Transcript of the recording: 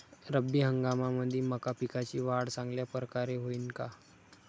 रब्बी हंगामामंदी मका पिकाची वाढ चांगल्या परकारे होईन का?